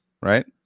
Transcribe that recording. right